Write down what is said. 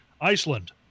Iceland